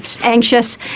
anxious